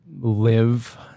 live